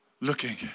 looking